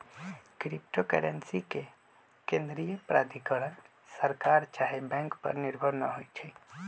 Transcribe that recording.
crypto currency के केंद्रीय प्राधिकरण सरकार चाहे बैंक पर निर्भर न होइ छइ